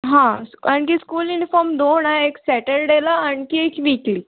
हा आणखी school uniform दोन आहे एक सॅटरडेला आणखी एक वीकली